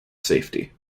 safety